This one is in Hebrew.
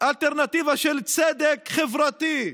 אלטרנטיבה של צדק חברתי,